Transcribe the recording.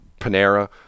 Panera